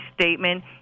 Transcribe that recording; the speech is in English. statement